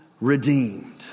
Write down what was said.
redeemed